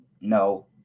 no